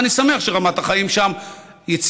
ואני שמח שרמת החיים שם יציבה,